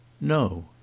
No